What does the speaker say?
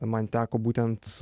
man teko būtent